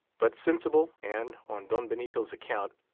but sensible, and, on don benito's account,